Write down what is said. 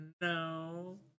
no